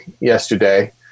yesterday